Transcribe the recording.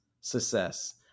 success